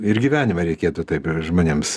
ir gyvenime reikėtų taip ir žmonėms